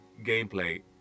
gameplay